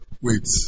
Wait